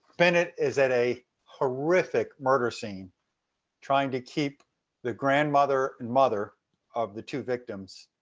bennett is at a horrific murder scene trying to keep the grandmother and mother of the two victims